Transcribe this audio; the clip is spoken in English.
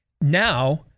now